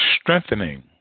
Strengthening